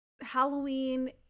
Halloween